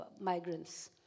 migrants